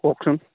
কওকচোন